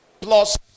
Plus